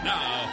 Now